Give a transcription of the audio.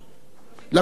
לקופה הציבורית.